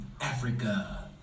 Africa